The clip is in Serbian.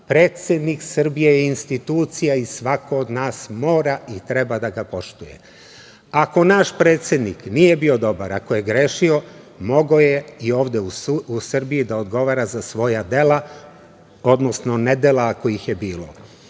predsednik Srbije je institucija i svako od nas mora i treba da ga poštuje. Ako naš predsednik nije bio dobar, ako je grešio, mogao je i ovde u Srbiji da odgovara za svoja dela, odnosno nedela ako ih je bilo. Što